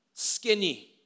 Skinny